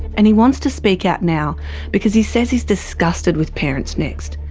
and he wants to speak out now because he says he is disgusted with parents next,